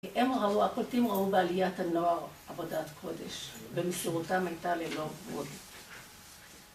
הם ראו, הקולטים ראו בעליית הנוער, עבודת קודש, ומשרותם הייתה ללא עבוד.